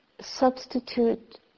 substitute